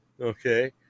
Okay